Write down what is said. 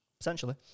Essentially